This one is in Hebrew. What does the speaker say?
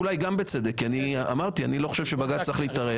אולי גם זה בצדק כי אני אמרתי שאני לא חושב שבג"ץ לא צריך להתערב.